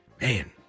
Man